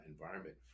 environment